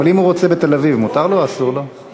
אבל אם הוא רוצה בתל-אביב, מותר לו או אסור לו?